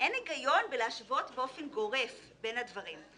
אין היגיון להשוות באופן גורף בין הדברים.